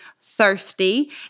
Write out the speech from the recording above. thirsty